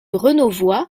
renauvoid